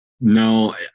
No